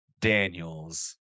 Daniels